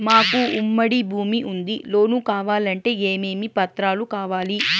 మాకు ఉమ్మడి భూమి ఉంది లోను కావాలంటే ఏమేమి పత్రాలు కావాలి?